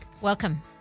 Welcome